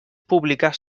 públiques